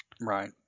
Right